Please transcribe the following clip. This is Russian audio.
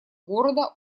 города